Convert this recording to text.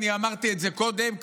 ואמרתי את זה כבר קודם,